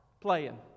Playing